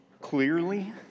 clearly